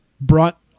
brought